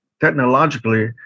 technologically